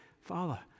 Father